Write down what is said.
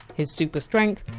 his super strength,